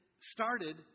started